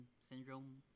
syndrome